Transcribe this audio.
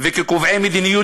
וקובעי מדיניות,